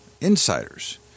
insiders